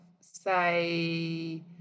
Say